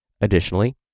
Additionally